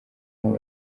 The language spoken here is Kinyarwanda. hantu